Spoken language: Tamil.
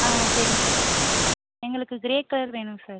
ஆ சரிங்க சார் எங்களுக்கு க்ரே கலர் வேணும் சார்